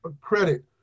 credit